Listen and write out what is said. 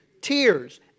Tears